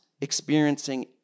experiencing